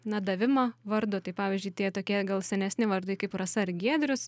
na davimą vardo tai pavyzdžiui tie tokie gal senesni vardai kaip rasa ar giedrius